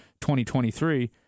2023